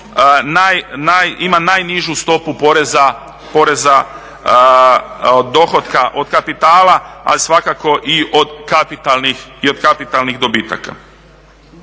ima najnižu stopa poreza dohotka od kapitala a svakako i od kapitalnih dobitaka.